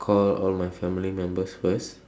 call all my family members first